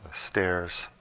stairs,